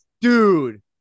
Dude